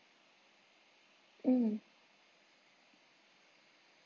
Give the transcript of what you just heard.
mm